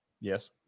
yes